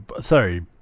sorry